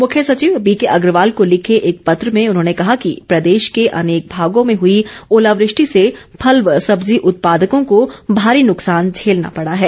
मुख्य सचिव बीके अग्रवाल को लिखे एक पत्र में उन्होंने कहा कि प्रदेश के अनेक भागों में हुई ओलावृष्टि से फल व सब्ज़ी उत्पादकों को भारी नुकसान झेलना पड़ा है